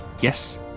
Yes